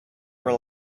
rely